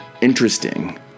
interesting